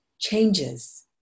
changes